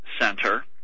Center